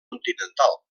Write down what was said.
continental